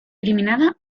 eliminada